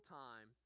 time